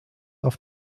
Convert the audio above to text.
auf